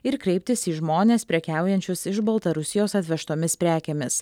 ir kreiptis į žmones prekiaujančius iš baltarusijos atvežtomis prekėmis